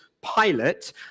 Pilot